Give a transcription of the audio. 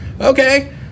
Okay